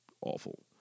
awful